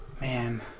Man